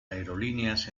aerolíneas